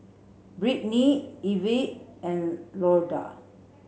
Brittney Ivie and Dorla